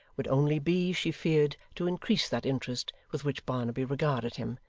would only be, she feared, to increase that interest with which barnaby regarded him,